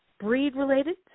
breed-related